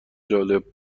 جالب